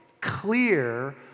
clear